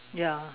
ya